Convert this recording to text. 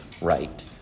right